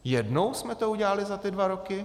Jednou jsme to udělali za ty dva roky?